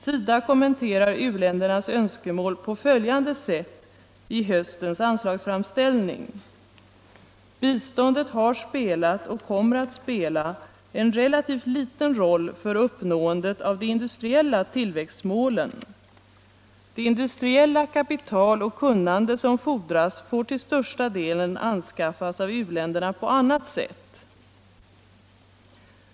SIDA kommenterar u-ländernas önskemål på följande sätt i höstens anslagsframställning: ”Biståndet har spelat — och kommer att spela — en relativt liten roll för uppnåendet av de industriella tillväxtmålen. Det industriella kapital och kunnande som fordras får till största delen anskaffas av u-länderna på annat sätt.